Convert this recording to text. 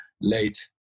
late